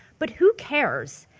but who cares?